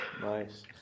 Nice